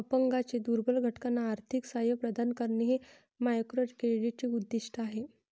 अपंगांच्या दुर्बल घटकांना आर्थिक सहाय्य प्रदान करणे हे मायक्रोक्रेडिटचे उद्दिष्ट आहे